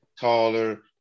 Taller